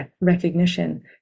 recognition